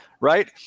right